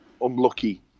unlucky